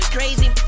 Crazy